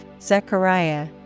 Zechariah